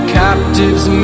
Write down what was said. captives